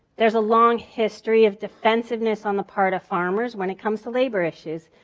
there's a long history of defensiveness on the part of farmers when it comes to labor issues.